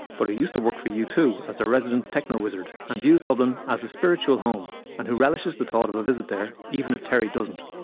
but who used to work for u two as their resident techno-wizard and views dublin as his spiritual home and who relishes the thought of a visit there, even if terry doesn't.